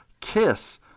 Kiss